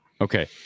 Okay